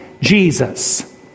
Jesus